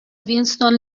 وینستون